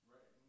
Right